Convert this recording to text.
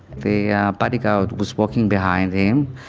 the bodyguard was walking behind him.